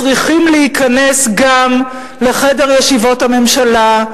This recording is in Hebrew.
וצריכים להיכנס גם לחדר ישיבות הממשלה,